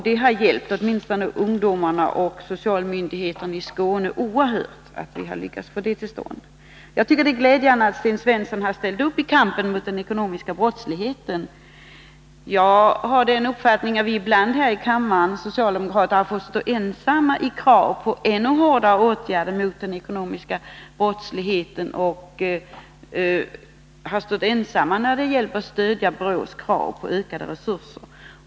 Det har hjälpt åtminstone ungdomarna och socialmyndigheterna i Skåne oerhört, att vi har lyckats få detta till stånd. Det är glädjande att Sten Svensson har ställt upp i kampen mot den ekonomiska brottsligheten. Jag har den uppfattningen att vi socialdemokrater ibland här i kammaren har fått stå ensamma när det gällt krav på ännu hårdare åtgärder mot den ekonomiska brottsligheten och att vi har stått ensamma när det gällt att stödja brottsförebyggande rådets krav på ökade resurser.